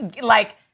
like-